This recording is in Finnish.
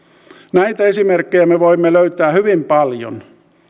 näitä esimerkkejä me voimme löytää hyvin paljon